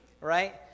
right